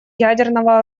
ядерного